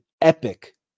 epic